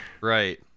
Right